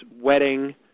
wedding